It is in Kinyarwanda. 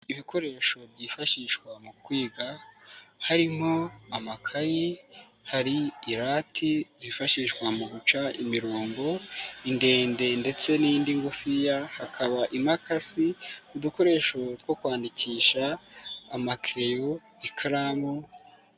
Ibikoresho byifashishwa mu kwiga harimo: amakayi, hari irati zifashishwa mu guca imirongo indende ndetse n'indi ngufiya, hakaba ipakasi, udukoresho two kwandikisha, amakeleyo, ikaramu.